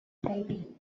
baby